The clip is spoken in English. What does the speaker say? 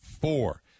four